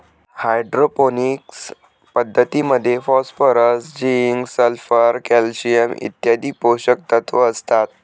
hydroponics पद्धतीमध्ये phosphorus, zinc, sulphur, calcium इत्यादी पोषकतत्व असतात